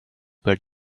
were